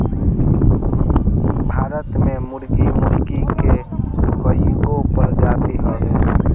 भारत में मुर्गी मुर्गा के कइगो प्रजाति हवे